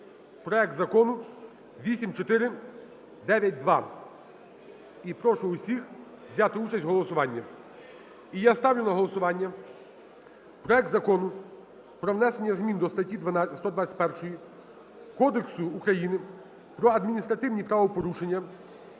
проект Закону 8492. І прошу усіх взяти участь в голосуванні. І я ставлю на голосування проект Закону про внесення змін до статті 121 Кодексу України про адміністративні правопорушення